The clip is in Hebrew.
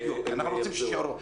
בדיוק, אנחנו רוצים שיישארו.